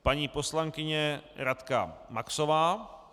Paní poslankyně Radka Maxová.